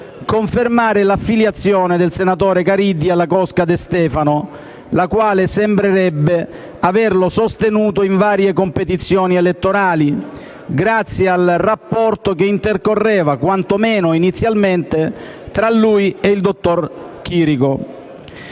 confermare l'affiliazione del senatore Caridi alla cosca De Stefano, la quale sembrerebbe averlo sostenuto in varie competizioni elettorali, grazie al rapporto che intercorreva - quantomeno inizialmente - tra lui e il dottor Chirico.